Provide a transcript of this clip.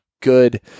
good